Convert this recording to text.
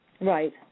Right